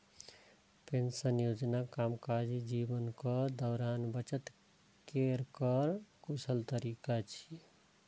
pension योजना कामकाजी जीवनक दौरान बचत केर कर कुशल तरीका छियै